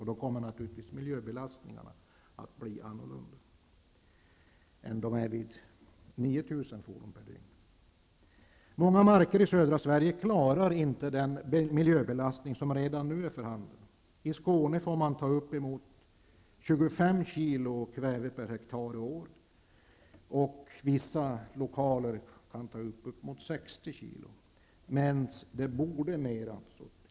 Då kommer miljöbelastningarna att bli annorlunda än vid 9 000 Många marker i södra Sverige klarar inte den miljöbelastning som redan nu är för handen. I Skåne får marken ta emot upp till 25 kg kväve per hektar och år. Vissa lokaler kan få ta emot närmare 60 kg.